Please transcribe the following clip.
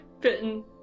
bitten